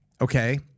okay